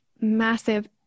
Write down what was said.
massive